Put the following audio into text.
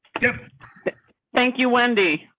yeah thank you wendy.